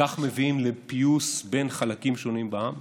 כך מביאים לפיוס בין חלקים שונים בעם?